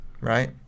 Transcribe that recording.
Right